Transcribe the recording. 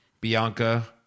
Bianca